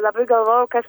labai galvojau kas